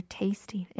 tasty